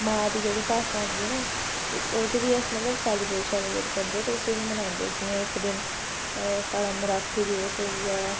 मां दी जेह्ड़ी भाशा होंदी ऐ ना ओह्दी ते फ्ही उसी सैलीबरेशन करदे न उसी इयां मनांदे जियां इक दिन साढ़ा मराठी दिवस होई गेआ